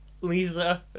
Lisa